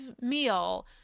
meal